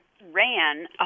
ran